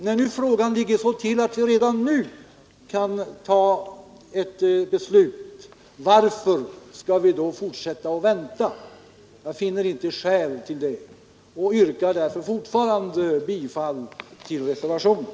När frågan ligger så till att vi redan nu kan fatta ett beslut, varför skall vi då fortsätter att vänta? Jag finner inget skäl härför och vidhåller därför mitt yrkande om bifall till reservationen 3.